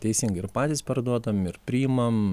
teisingi ir patys perduodam ir priimam